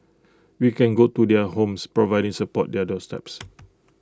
we can go to their homes providing support their doorsteps